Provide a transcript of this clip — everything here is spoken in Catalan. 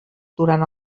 durant